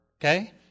Okay